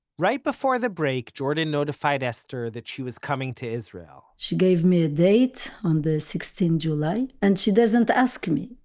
right before the break jordan notified esther that she was coming to israel. she gave me a date on the sixteen july. and she doesn't ask me.